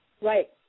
Right